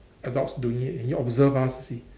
adults doing it and he observed us you see